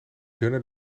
dunner